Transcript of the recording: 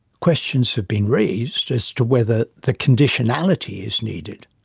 questions have been raised as to whether the conditionality is needed.